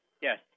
Yes